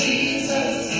Jesus